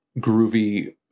groovy